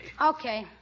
Okay